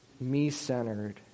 me-centered